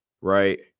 right